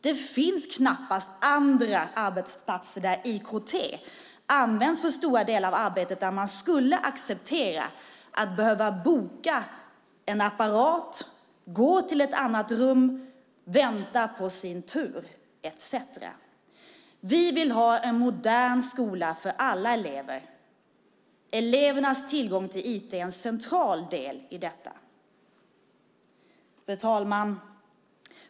Det finns knappast andra arbetsplatser där IKT används för stora delar av arbetet där man skulle acceptera att behöva boka en apparat, gå till ett annat rum, vänta på sin tur etcetera. Vi vill ha en modern skola för alla elever. Elevernas tillgång till IT är en central del i detta. Fru talman!